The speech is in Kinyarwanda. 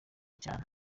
cyane